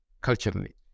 culturally